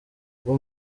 bwa